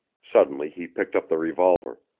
suddenly he picked up the revolver.